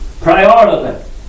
Priority